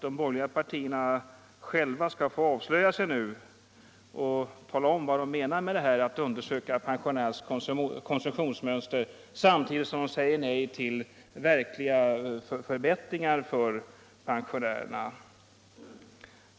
De borgerliga partierna skall själva få avslöja sig nu genom att tala om vad de menar med att undersöka pensionärernas konsumtionsmönster samtidigt som de säger nej till verkliga förbättringar för pensionärerna.